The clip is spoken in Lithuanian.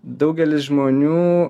daugelis žmonių